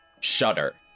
shudder